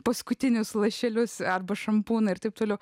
paskutinius lašelius arba šampūną ir taip toliau